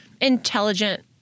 intelligent